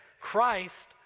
Christ